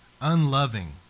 unloving